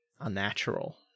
unnatural